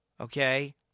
Okay